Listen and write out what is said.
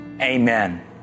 Amen